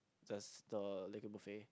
there's the like a buffet